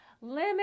limit